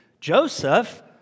Joseph